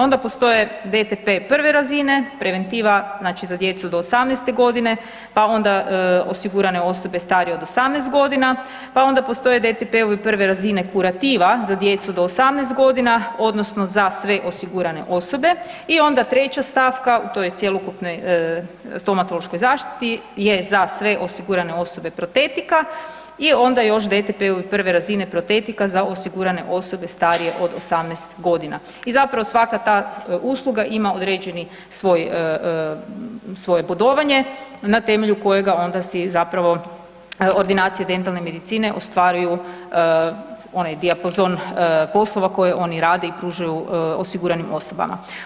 Onda postoje DTP prve razine preventiva za djecu do 18.g. pa onda osigurane osobe starije od 18 godina, pa onda postoje DTP-ovi prve razine kurativa za djecu do 18 godina odnosno za sve osigurane osobe i onda treća stavka u toj cjelokupnoj stomatološkoj zaštiti je za sve osigurane osobe protetika i onda još DTP prve razine protetika za osigurane osobe starije od 18 godina i zapravo svaka ta usluga ima određeni svoje bodovanje na temelju kojega si ordinacije dentalne medicine ostvaruju onaj dijapazon poslova koji oni rade i pružaju osiguranim osobama.